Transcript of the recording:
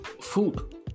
food